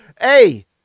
hey